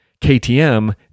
KTM